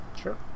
Sure